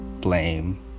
blame